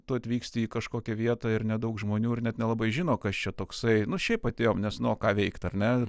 tu atvyksti į kažkokią vietą ir nedaug žmonių ir net nelabai žino kas čia toksai nu šiaip atėjom nes nu o ką veikt ar ne